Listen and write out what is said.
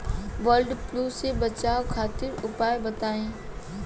वड फ्लू से बचाव खातिर उपाय बताई?